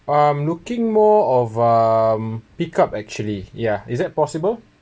I'm looking more of um pick up actually ya is that possible